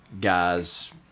guys